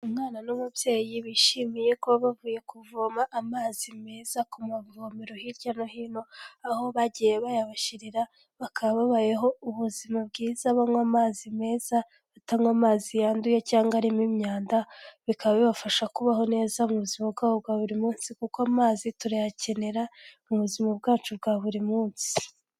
Umwana n'umubyeyi bishimiye kuba bavuye kuvoma amazi meza ku mavomero hirya no hino, aho bagiye bayabashyirira bakaba babayeho ubuzima bwiza banywa amazi meza, batanywa amazi yanduye cyangwa arimo imyanda, bikaba bibafasha kubaho neza mu buzima bwabo bwa buri munsi, kuko amazi turayakenera mu buzima bwacu bwa buri munsi.